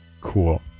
cool